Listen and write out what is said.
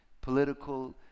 political